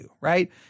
right